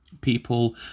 people